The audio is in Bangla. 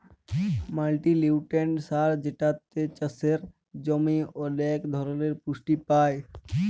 মাল্টিলিউট্রিয়েন্ট সার যেটাতে চাসের জমি ওলেক ধরলের পুষ্টি পায়